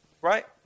Right